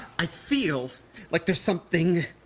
i feel like there's something.